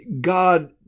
God